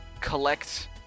collect